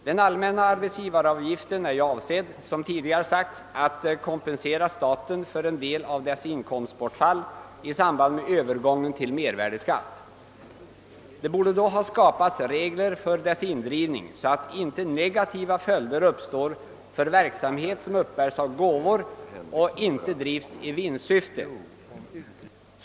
Den allmänna arbetsgivaravgiften är, som tidigare framhållits, avsedd att kompensera staten för en del av dess inkomstbortfall i samband med Öövergången till mervärdeskatt. Det borde då ha skapats sådana regler för avgiftens indrivning, att negativa följder inte uppstår för verksamhet som bärs upp av gåvor och inte drivs i vinstsyfte.